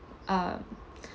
um